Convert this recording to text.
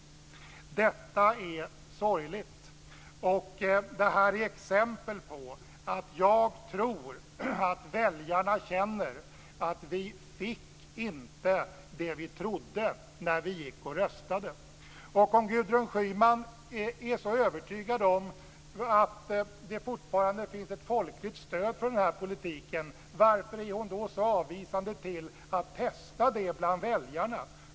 Detta är sorgligt. Det här är exempel på att jag tror att väljarna känner att vi inte fick det som vi trodde när vi gick och röstade. Och om Gudrun Schyman är så övertygad om att det fortfarande finns ett folkligt stöd för denna politik, varför är hon då så avvisande till att testa det bland väljarna?